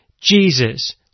Jesus